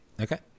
Okay